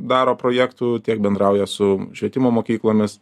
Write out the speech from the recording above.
daro projektų tiek bendrauja su švietimo mokyklomis